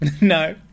No